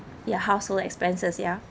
ya household expenses ya